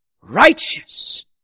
Righteous